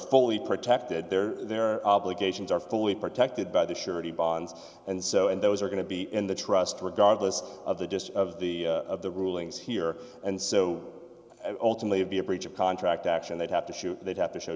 fully protected their their obligations are fully protected by the surety bond and so and those are going to be in the trust regardless of the gist of the of the rulings here and so only be a breach of contract action they'd have to shoot they'd have to show